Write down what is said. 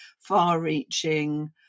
far-reaching